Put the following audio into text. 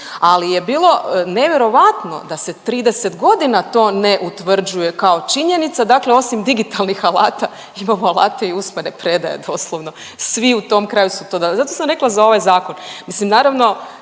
Ali je bilo nevjerovatno da se 30 godina to ne utvrđuje kao činjenica. Dakle, osim digitalnih alata imamo alate i usmene predaje doslovno. Svi u tom kraju su to, zato sam rekla za ovaj zakon.